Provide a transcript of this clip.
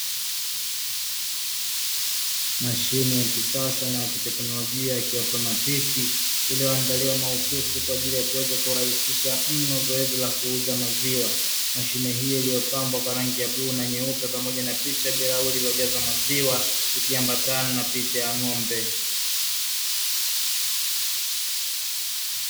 Mashine ya kisasa na ya kiteknolojia ya kiautomatiki, iliyoandaliwa mahususi kwaajili ya kuweza kurahisisha mno zoezi la kuuza maziwa. Mashine hiyo iliyopambwa kwa rangi ya bluu na nyeupe, pamoja na picha ya bilauli iliyojazwa maziwa, ikiambatana na picha ya ng’ombe,